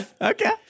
Okay